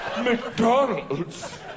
mcdonald's